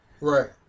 Right